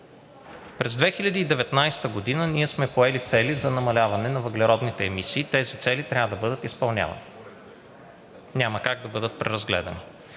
През 2019 г. ние сме поели цели за намаляване на въглеродните емисии и те трябва да бъдат изпълнявани – няма как да бъдат преразгледани.